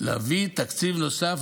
להביא תקציב נוסף,